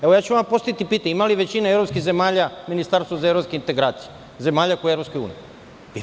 Evo, ja ću vam postaviti pitanje – ima li većina evropskih zemalja Ministarstvo za evropske integracije, zemalja koje su u EU?